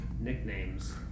nicknames